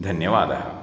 धन्यवादः